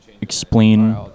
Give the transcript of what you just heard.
explain